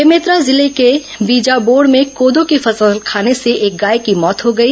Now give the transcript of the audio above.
बेमेतरा जिले के बीजाबोड़ में कोदो की फ ंसल खाने से एक गाय की मौत हो गई